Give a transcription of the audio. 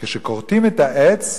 כשכורתים את העץ,